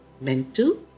Mental